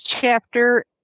chapter